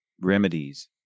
remedies